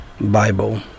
Bible